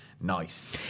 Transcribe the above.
nice